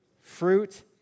fruit